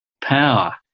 power